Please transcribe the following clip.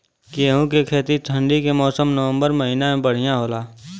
गेहूँ के खेती ठंण्डी के मौसम नवम्बर महीना में बढ़ियां होला?